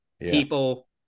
people